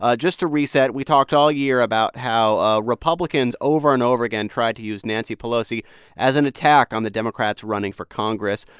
ah just to reset, we talked all year about how ah republicans over and over again tried to use nancy pelosi as an attack on the democrats running for congress.